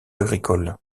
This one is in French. agricole